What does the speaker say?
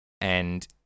and-